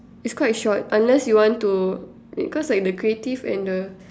is quite short unless you want to because like the creative and the